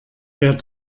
der